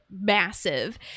massive